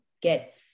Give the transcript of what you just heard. get –